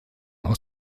aus